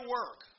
work